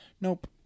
nope